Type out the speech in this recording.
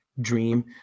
dream